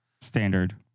standard